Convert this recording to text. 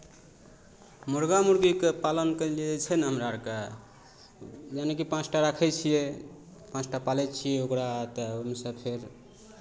मुरगा मुरगीके पालन करय लेल जे छै ने हमरा आरकेँ यानिकि पाँच टा राखै छियै पाँच टा पालै छियै ओकरा तऽ ओहिमे सँ फेर